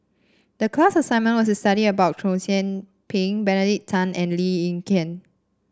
the class assignment was to study about Chow Yian Ping Benedict Tan and Lee Ek Tieng